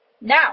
Now